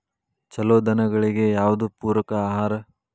ಛಲೋ ದನಗಳಿಗೆ ಯಾವ್ದು ಪೂರಕ ಆಹಾರ?